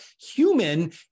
human